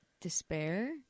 Despair